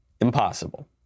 impossible